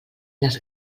les